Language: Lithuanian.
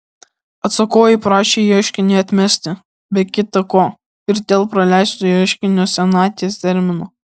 atsakovai prašė ieškinį atmesti be kita ko ir dėl praleisto ieškinio senaties termino